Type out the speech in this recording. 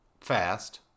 fast